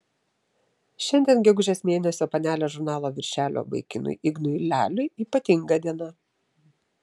šiandien gegužės mėnesio panelės žurnalo viršelio vaikinui ignui leliui ypatinga diena